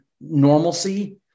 normalcy